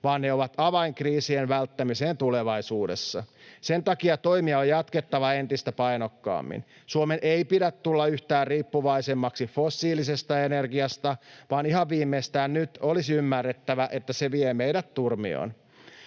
vaan ne ovat avain kriisien välttämiseen tulevaisuudessa. Sen takia toimia on jatkettava entistä painokkaammin. Suomen ei pidä tulla yhtään riippuvaisemmaksi fossiilisesta energiasta, vaan ihan viimeistään nyt olisi ymmärrettävä, että se vie meidät turmioon.